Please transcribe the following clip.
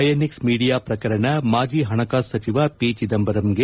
INX media ಪ್ರಕರಣ ಮಾಜಿ ಹಣಕಾಸು ಸಚಿವ ಪಿ ಚಿದಂಬರಮ್ಗೆ